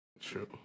true